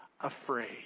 afraid